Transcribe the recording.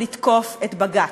לתקוף את בג"ץ.